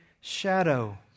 shadow